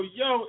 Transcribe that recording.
yo